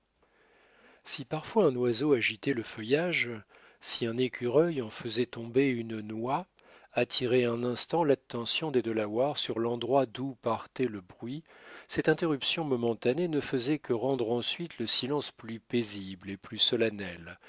si parfois un oiseau agitait le feuillage si un écureuil en faisant tomber une noix attirait un instant l'attention des delawares sur l'endroit d'où partait le bruit cette interruption momentanée ne faisait que rendre ensuite le silence plus paisible et plus solennel